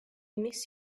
miss